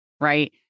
Right